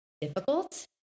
difficult